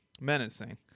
menacing